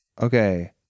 Okay